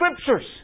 Scriptures